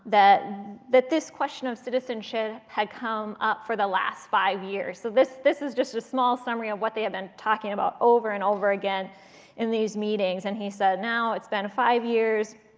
that that this question of citizenship had come up for the last five years. so this this is just a small summary of what they have been talking about over and over again in these meetings. and he said, now, it's been five years.